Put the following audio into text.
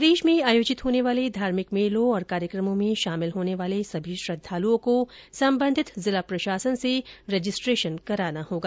प्रदेश में आयोजित होने वाले धार्मिक मेलों और कार्यकमों में शामिल होने वाले सभी श्रद्वालुओं को संबंधित जिला प्रशासन से रजिस्ट्रेशन कराना होगा